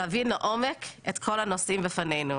להבין לעומק את כל הנושאים בפנינו.